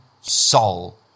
soul